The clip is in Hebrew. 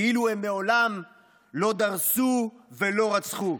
כאילו הם מעולם לא דרסו ולא רצחו.